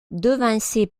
devancée